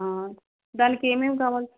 దానికి ఏమేమి కావాలి